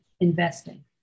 investing